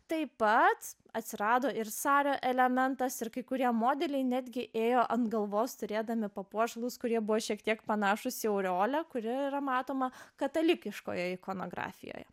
taip pat atsirado ir sario elementas ir kai kurie modeliai netgi ėjo ant galvos turėdami papuošalus kurie buvo šiek tiek panašūs į aureolę kuri yra matoma katalikiškoje ikonografijoje